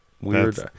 weird